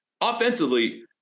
offensively